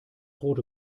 rote